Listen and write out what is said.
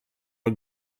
are